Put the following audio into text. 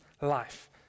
life